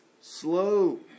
slow